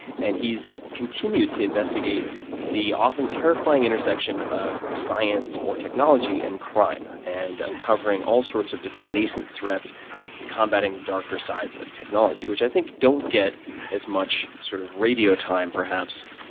and he's continued to investigate the often-terrifying intersection of science or technology and crime and uncovering all sorts of different nascent threats and combatting darker sides of technology, which i think don't get as much sort of radio time, perhaps,